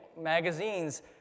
magazines